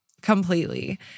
completely